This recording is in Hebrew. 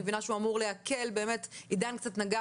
אני מבינה שהוא אמור להקל עידן קצת נגע